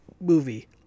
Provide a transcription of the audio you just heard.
movie